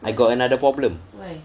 I got another problem like